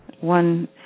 one